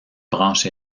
branche